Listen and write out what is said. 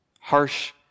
harsh